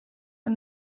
aan